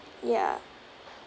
ya